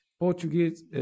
Portuguese